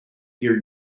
your